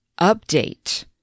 Update